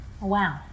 Wow